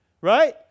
right